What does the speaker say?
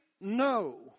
No